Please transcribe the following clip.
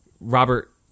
Robert